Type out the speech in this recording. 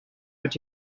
but